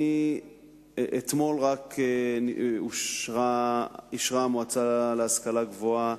רק אתמול אישרה המועצה להשכלה גבוהה